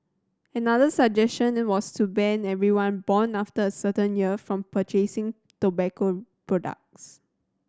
another suggestion was to ban everyone born after a certain year from purchasing tobacco products